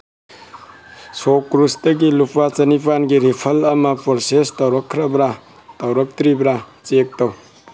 ꯁꯣꯞꯀ꯭ꯔꯨꯁꯇꯒꯤ ꯂꯨꯄꯥ ꯆꯅꯤꯄꯥꯜꯒꯤ ꯔꯤꯐꯜ ꯑꯃ ꯄ꯭ꯔꯣꯁꯦꯁ ꯇꯧꯔꯛꯈ꯭ꯔꯕ꯭ꯔꯥ ꯇꯧꯔꯛꯇ꯭ꯔꯤꯕ꯭ꯔꯥ ꯆꯦꯛ ꯇꯧ